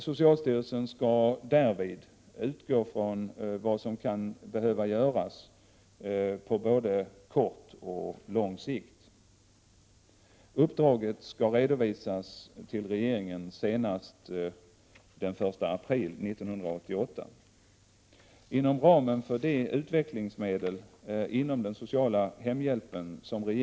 Socialstyrelsen skall därvid utgå från vad som kan behöva göras på både kort och lång sikt. Uppdraget skall redovisas till regeringen senast den 1 april 1988. Inom ramen för de utvecklingsmedel för den sociala hemhjälpen som Prot.